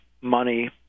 money